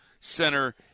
center